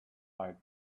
night